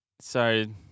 Sorry